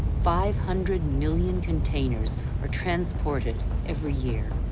five hundred million containers are transported every year.